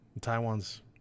Taiwan's